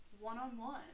one-on-one